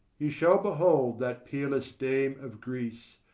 you shall behold that peerless dame of greece,